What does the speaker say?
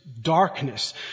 Darkness